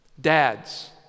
Dads